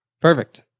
Perfect